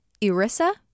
ERISA